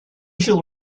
should